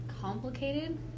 complicated